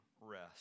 rest